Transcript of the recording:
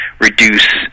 reduce